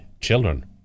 children